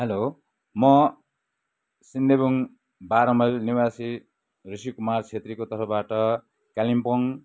hello म सिन्देबुङ बाह्र mile निवासी ऋृषिकुमार छेत्रीको तर्फबाट कालिम्पोङ